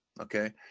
Okay